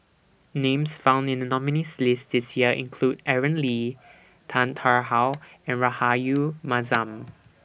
Names found in The nominees' list This Year include Aaron Lee Tan Tarn How and Rahayu Mahzam